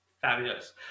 Fabulous